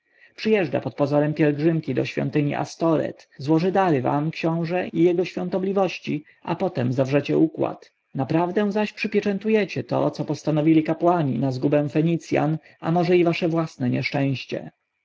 assara przyjeżdża pod pozorem pielgrzymki do świątyni astoreth złoży dary wam książę i jego świątobliwości a potem zawrzecie układ naprawdę zaś przypieczętujecie to co postanowili kapłani na zgubę fenicjan a może i wasze własne nieszczęście